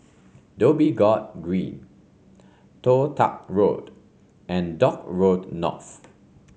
Dhoby Ghaut Green Toh Tuck Road and Dock Road North